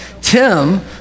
Tim